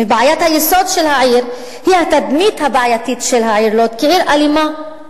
ובעיית היסוד של העיר היא התדמית הבעייתית של העיר לוד כעיר אלימה,